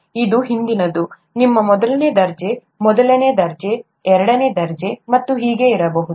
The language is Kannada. ಇದು ಹಿಂದಿನದು ನಿಮ್ಮ ಮೊದಲ ದರ್ಜೆ ಮೊದಲ ದರ್ಜೆ ಎರಡನೇ ದರ್ಜೆ ಮತ್ತು ಹೀಗೆ ಇರಬಹುದು